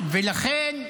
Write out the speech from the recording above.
לכן,